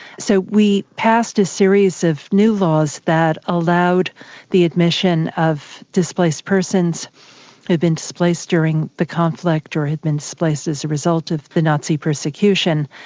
so we passed a series of new laws that allowed the admission of displaced persons who'd been displaced during the conflict or had been displaced as a result of the nazi persecution.